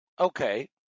Okay